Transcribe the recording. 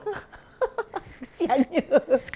kasihannya